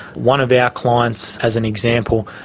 one of our clients, as an example,